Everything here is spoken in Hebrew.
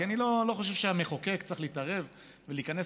כי אני לא חושב שהמחוקק צריך להתערב ולהיכנס